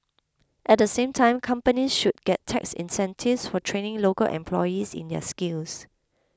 at the same time companies should get tax incentives for training local employees in these skills